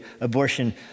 abortion